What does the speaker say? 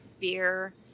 beer